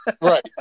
Right